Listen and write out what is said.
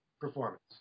performance